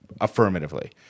affirmatively